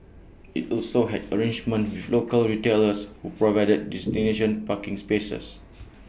IT also had arrangements with local retailers who provided designation parking spaces